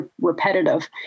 repetitive